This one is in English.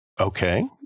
Okay